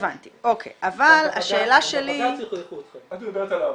את מדברת על העבר.